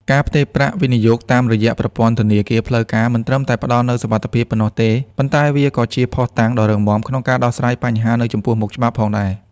ការផ្ទេរប្រាក់វិនិយោគតាមរយៈ ប្រព័ន្ធធនាគារផ្លូវការ មិនត្រឹមតែផ្ដល់នូវសុវត្ថិភាពប៉ុណ្ណោះទេ ប៉ុន្តែវាក៏ជាភស្តុតាងដ៏រឹងមាំក្នុងការដោះស្រាយបញ្ហានៅចំពោះមុខច្បាប់ផងដែរ។